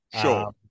Sure